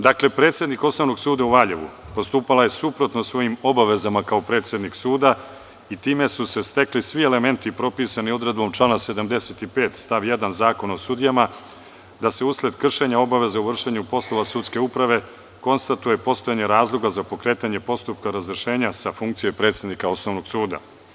Dakle, predsednik Osnovnog suda u Valjevu postupala je suprotno svojim obavezama kao predsednik suda i time su se stekli svi elementi propisani odredbom člana 75. stav 1. Zakona o sudijama, da se usled kršenja obaveza u vršenju poslova sudske uprave konstatuje postojanje razloga za pokretanje postupka razrešenja sa funkcije predsednika Osnovnog suda.